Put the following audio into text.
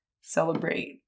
celebrate